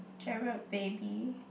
Gerald baby